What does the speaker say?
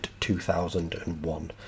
2001